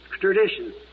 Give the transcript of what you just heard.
tradition